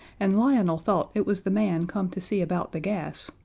and lionel thought it was the man come to see about the gas,